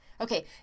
Okay